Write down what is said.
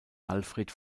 alfred